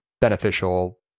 beneficial